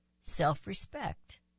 self-respect